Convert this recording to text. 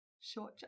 short